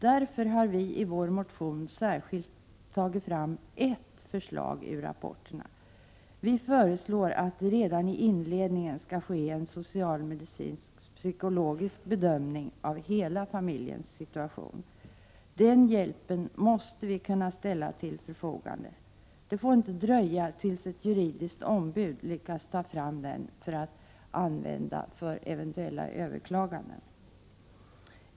Därför har vi i vår motion särskilt tagit fram ett förslag ur rapporterna. Vi föreslår att det redan i inledningen skall ske en social, medicinsk och psykologisk bedömning av 4 hela familjens situation. Den hjälpen måste vi kunna ställa till förfogande. Den får inte dröja tills ett juridiskt ombud lyckas ta fram den för att använda den vid eventuella överklaganden.